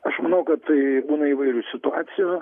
aš manau kad tai būna įvairių situacijų